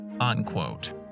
unquote